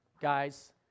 guys